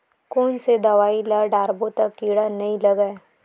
कोन से दवाई ल डारबो त कीड़ा नहीं लगय?